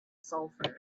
sulfur